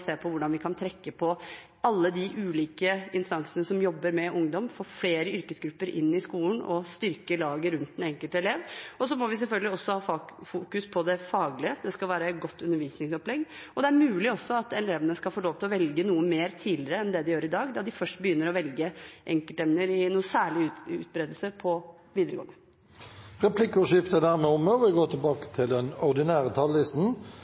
se på hvordan vi kan trekke på alle de ulike instansene som jobber med ungdom, få flere yrkesgrupper inn i skolen og styrke laget rundt den enkelte elev. Vi må selvfølgelig også ha fokus på det faglige. Det skal være gode undervisningsopplegg. Det er også mulig at elevene, tidligere enn det de gjør i dag, skal få lov til å velge noe mer, da de først på videregående begynner å velge enkeltemner i noe særlig omfang. Replikkordskiftet er dermed omme.